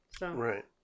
Right